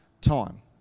time